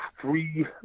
three